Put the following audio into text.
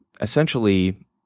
essentially